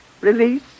release